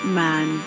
man